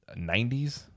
90s